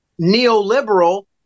neoliberal